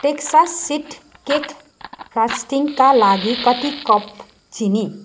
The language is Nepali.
टेक्सास सिट केक फ्रस्टिङका लागि कति कप चिनी